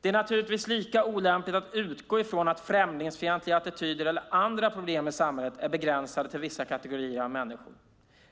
Det är naturligtvis lika olämpligt att utgå från att främlingsfientliga attityder eller andra problem i samhället är begränsade till vissa kategorier av människor.